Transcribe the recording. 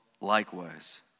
likewise